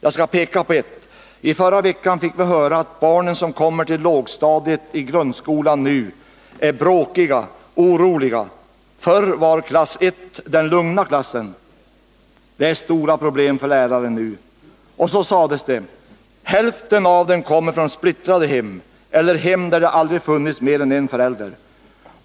Jag skall peka på ett: I förra veckan fick vi höra att barnen som kommer till lågstadiet i grundskolan nu är bråkiga och oroliga. Förr var klass 1 den lugna klassen. Nu är det stora problem för lärarna. Så sades det: Hälften av barnen kommer från splittrade hem eller hem där det aldrig funnits mer än en förälder.